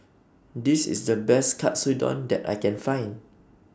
This IS The Best Katsudon that I Can Find